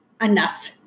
enough